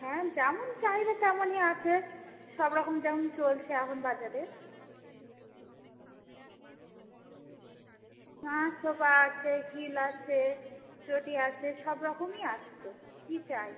হ্যাঁ যেমন চাইবেন তেমনই আছে সবরকমই যেমন চলছে এখন বাজারে হ্যাঁ সোফা আছে হিল আছে চটি আছে সব রকমই আছে তো কী চাই